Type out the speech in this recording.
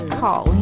call